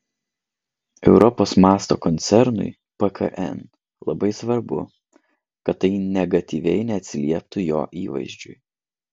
europos mąsto koncernui pkn labai svarbu kad tai negatyviai neatsilieptų jo įvaizdžiui